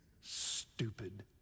stupid